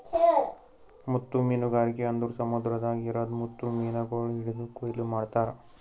ಮುತ್ತು ಮೀನಗಾರಿಕೆ ಅಂದುರ್ ಸಮುದ್ರದಾಗ್ ಇರದ್ ಮುತ್ತು ಮೀನಗೊಳ್ ಹಿಡಿದು ಕೊಯ್ಲು ಮಾಡ್ತಾರ್